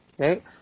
Okay